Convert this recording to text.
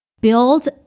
build